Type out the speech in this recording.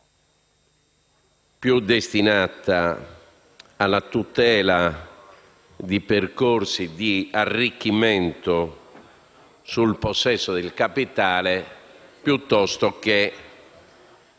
finanziario e alla tutela di percorsi di arricchimento sul possesso del capitale, piuttosto che